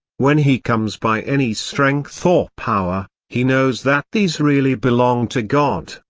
when he comes by any strength or power, he knows that these really belong to god.